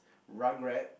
regard